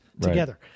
together